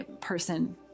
person